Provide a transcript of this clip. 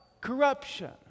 corruption